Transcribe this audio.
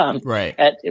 Right